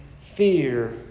Fear